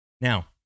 Now